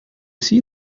see